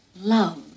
love